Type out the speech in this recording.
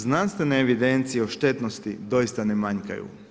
Znanstvene evidencije o štetnosti doista ne manjkaju.